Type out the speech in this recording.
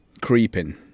Creeping